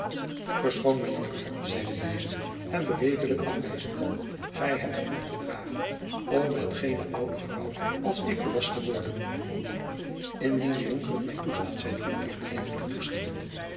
verschoon mij jonker zeide deze hem beleefdelijk afwijzende gij hebt genoeg te dragen om met geene oude vrouw als ik belast te worden indien de jonker het mij toestaat zeide lud wig beleefdelijk toeschietende